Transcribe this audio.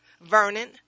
Vernon